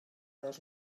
dos